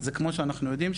זה כמו שאנחנו יודעים,